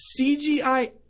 cgi